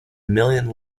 million